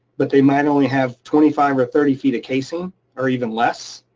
but they might only have twenty five or thirty feet of casing or even less.